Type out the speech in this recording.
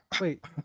Wait